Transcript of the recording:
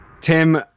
Tim